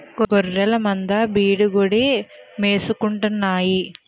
గొఱ్ఱెలమంద బీడుగడ్డి మేసుకుంటాన్నాయి